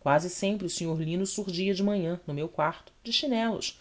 quase sempre o senhor lino surdia de manhã no meu quarto de chinelos